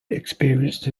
experienced